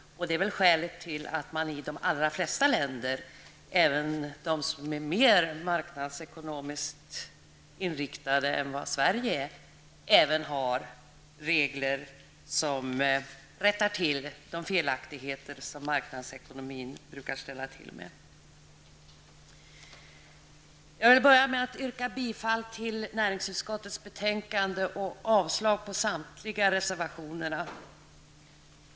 Det är väl också skälet till att man i de allra flesta länder, även i dem som är mer marknadsekonomiskt inriktade än Sverige, har regler som rättar till de felaktigheter som marknadsekonomin brukar ställa till med. Jag vill börja med att yrka bifall till hemställan i näringsutskottets betänkande och avslag på samtliga reservationer.